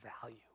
value